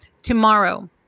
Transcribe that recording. Tomorrow